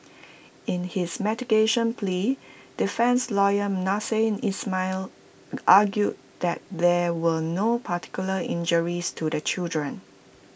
in his mitigation plea defence lawyer Nasser Ismail argued that there were no particular injuries to the children